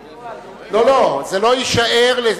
לא, זה לא יישאר.